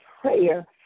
prayer